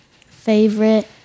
favorite